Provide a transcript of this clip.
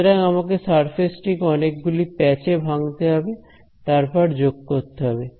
সুতরাং আমাকে সারফেস টিকে অনেকগুলি প্যাচ এ ভাঙতে হবে তারপর যোগ করতে হবে